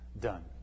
done